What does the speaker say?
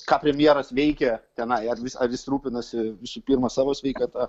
ką premjeras veikia tenai ar jis ar jis rūpinasi visų pirma savo sveikata